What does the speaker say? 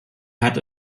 hatte